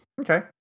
Okay